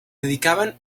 dedicaban